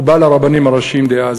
הוא בא לרבנים הראשיים דאז,